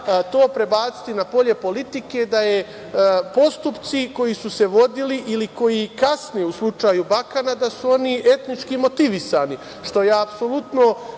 to prebaciti na polje politike, da postupci koji su se vodili ili koji kasne u slučaju Bakana da su oni etnički motivisani, što ja apsolutno